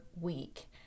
week